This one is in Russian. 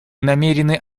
намерены